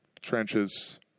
trenches